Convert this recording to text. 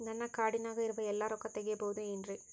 ನನ್ನ ಕಾರ್ಡಿನಾಗ ಇರುವ ಎಲ್ಲಾ ರೊಕ್ಕ ತೆಗೆಯಬಹುದು ಏನ್ರಿ?